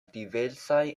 diversaj